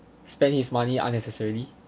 spend his money unnecessarily